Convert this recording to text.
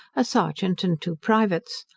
a serjeant and two privates.